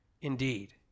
Indeed